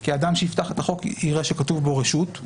כי אדם שיפתח את החוק יראה שכתוב בו רשות,